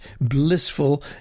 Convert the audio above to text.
blissful